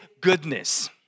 goodness